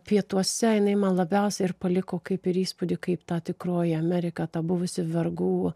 pietuose jinai man labiausiai ir paliko kaip ir įspūdį kaip ta tikroji amerika ta buvusi vergų